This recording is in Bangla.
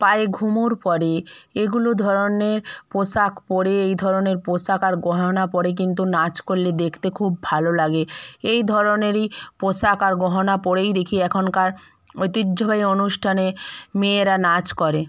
পায়ে ঘুমুর পরে এগুলো ধরনের পোশাক পরে এই ধরনের পোশাক আর গহনা পরে কিন্তু নাচ করলে দেখতে খুব ভালো লাগে এই ধরনেরই পোশাক আর গহনা পরেই দেখি এখনকার ঐতিহ্যবাহী অনুষ্ঠানে মেয়েরা নাচ করে